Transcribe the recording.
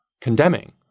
condemning